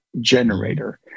generator